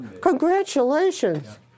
Congratulations